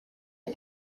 est